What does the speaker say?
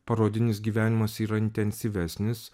parodinis gyvenimas yra intensyvesnis